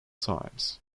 times